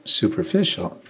superficial